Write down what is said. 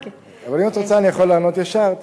אבל אם את רוצה, אני יכול לענות ישר.